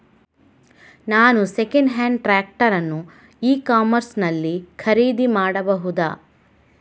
ನಾನು second hand tractor ಅನ್ನು e commerce ನಲ್ಲಿ ಖರೀದಿ ಮಾಡಬಹುದಾ?